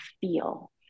feel